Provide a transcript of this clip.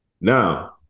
Now